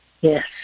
Yes